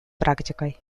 практикой